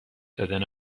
دادن